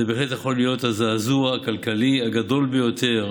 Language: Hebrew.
זה בהחלט יכול להיות הזעזוע הכלכלי הגדול ביותר